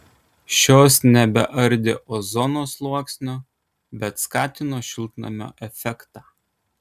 šios nebeardė ozono sluoksnio bet skatino šiltnamio efektą